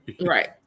Right